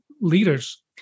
leaders